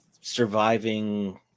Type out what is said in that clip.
surviving